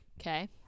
Okay